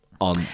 on